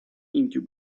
into